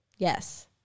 Yes